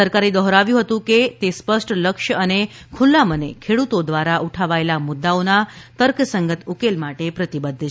સરકારે દોહરાવ્યું છે કે તે સ્પષ્ટ લક્ષ્ય અને ખુલ્લા મને ખેડતો દ્વારા ઉઠાવાયેલા મુદ્દાઓના તર્ક સંગત ઉકેલ માટે પ્રતિબધ્ધ છે